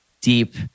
deep